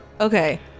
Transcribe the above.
Okay